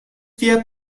wir